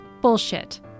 Bullshit